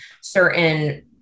certain